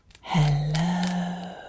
Hello